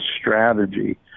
strategy